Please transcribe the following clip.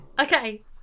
Okay